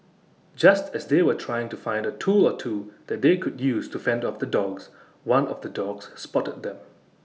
just as they were trying to find A tool or two that they could use to fend off the dogs one of the dogs spotted them